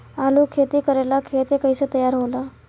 आलू के खेती करेला खेत के कैसे तैयारी होला?